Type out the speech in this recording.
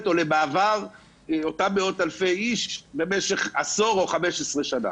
או למעבר אותם מאות אלפי אנשים במשך עשור או 15 שנים?